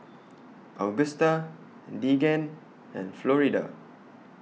Agusta Deegan and Florida